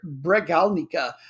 Bregalnica